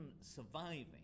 surviving